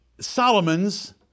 Solomon's